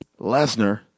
Lesnar